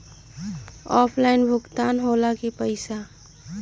Offline भुगतान हो ला कि पईसा?